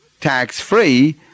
tax-free